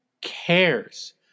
cares